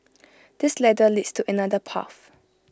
this ladder leads to another path